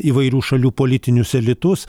įvairių šalių politinius elitus